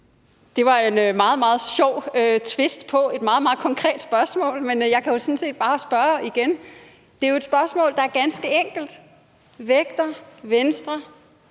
et meget, meget sjovt tvist på et meget, meget konkret spørgsmål, men jeg kan jo sådan set bare spørge igen. Det er jo et spørgsmål, der er ganske enkelt. Vægter Venstre